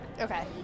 Okay